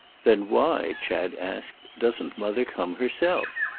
then why, chad asked, doesn't mother come herself?